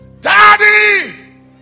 Daddy